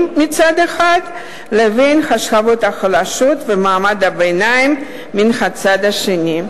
מצד אחד לבין השכבות החלשות ומעמד הביניים מן הצד השני.